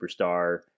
superstar